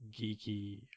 geeky